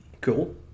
Cool